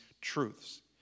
truths